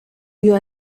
you